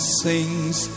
sings